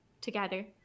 together